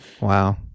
Wow